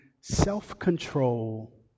self-control